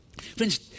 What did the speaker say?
Friends